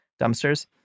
dumpsters